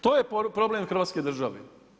To je problem Hrvatske države.